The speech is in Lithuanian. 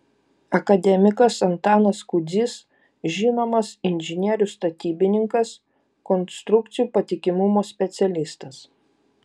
akademikas antanas kudzys žinomas inžinierius statybininkas konstrukcijų patikimumo specialistas